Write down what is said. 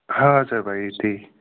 हजुर भाइ त्यही